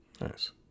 nice